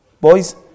boys